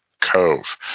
Cove